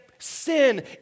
Sin